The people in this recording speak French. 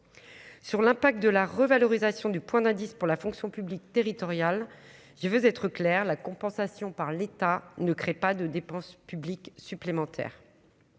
sur l'impact de la revalorisation du point d'indice pour la fonction publique territoriale, je veux être clair : la compensation par l'État ne crée pas de dépense publique supplémentaire,